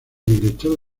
director